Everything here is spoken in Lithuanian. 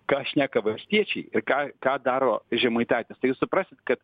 ką šneka valstiečiai ir ką ką daro žemaitaitis tai jūs suprasit kad